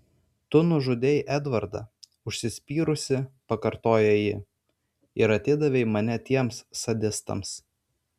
tu nužudei edvardą užsispyrusi pakartoja ji ir atidavei mane tiems sadistams